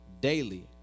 Daily